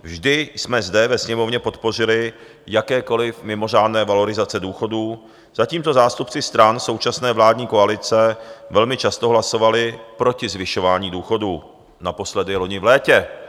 Vždy jsme zde ve Sněmovně podpořili jakékoliv mimořádné valorizace důchodů, zatímco zástupci stran současné vládní koalice velmi často hlasovali proti zvyšování důchodů, naposledy loni v létě.